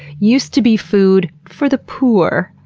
used to be food for the poor.